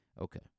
Okay